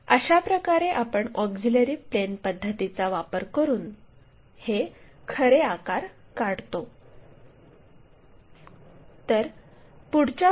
तर अशाप्रकारे आपण ऑक्झिलिअरी प्लेन पद्धतीचा वापर करून हे खरे आकार काढतो